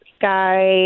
guy